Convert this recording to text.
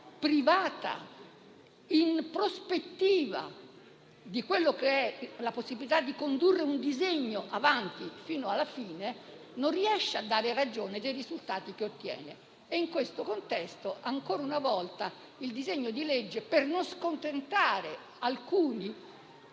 privata, però, ad esempio, nella prospettiva di condurre un disegno fino alla fine, non riesce a dare ragione dei risultati che ottiene. In questo contesto, ancora una volta, il disegno di legge, per non scontentare alcuni,